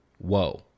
whoa